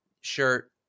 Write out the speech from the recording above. shirt